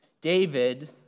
David